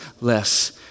less